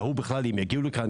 טעו בכלל אם יגיעו לכאן,